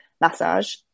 massage